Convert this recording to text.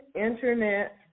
Internet